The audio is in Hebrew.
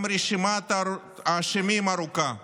גם רשימת האשמים ארוכה.